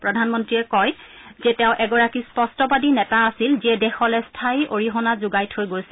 প্ৰধানমন্ত্ৰীয়ে কয় যে তেওঁ এগৰাকী স্পট্টবাদী নেতা আছিল যিয়ে দেশলৈ স্থায়ী অৰিহণা যোগাই থৈ গৈছে